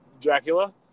Dracula